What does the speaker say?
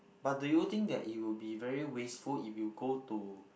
but do you think that it will be very wasteful if you go to